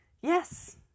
Yes